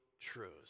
truths